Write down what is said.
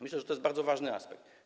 Myślę, że to jest bardzo ważny aspekt.